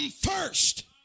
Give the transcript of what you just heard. first